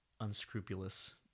unscrupulous